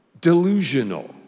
delusional